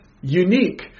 unique